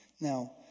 Now